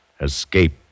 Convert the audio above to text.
escape